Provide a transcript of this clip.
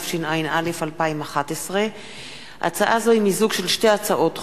התשע"א 2011. הצעה זו היא מיזוג של שתי הצעות חוק,